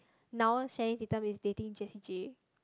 now Channing-Tatum is dating Jessie-J